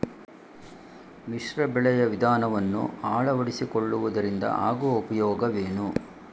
ಮಿಶ್ರ ಬೆಳೆಯ ವಿಧಾನವನ್ನು ಆಳವಡಿಸಿಕೊಳ್ಳುವುದರಿಂದ ಆಗುವ ಉಪಯೋಗವೇನು?